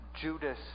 Judas